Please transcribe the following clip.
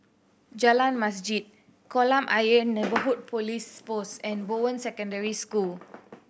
Jalan Masjid Kolam Ayer Neighbourhood Police Post and Bowen Secondary School